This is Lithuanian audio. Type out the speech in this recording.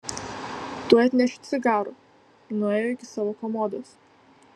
tuoj atnešiu cigarų nuėjo iki savo komodos